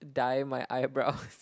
dye my eyebrows